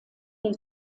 der